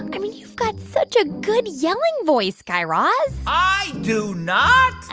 i mean, you've got such a good yelling voice, guy raz i do not